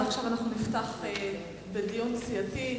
ועכשיו אנחנו נפתח בדיון סיעתי.